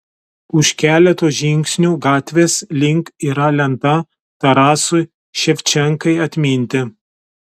už keleto žingsnių gatvės link yra lenta tarasui ševčenkai atminti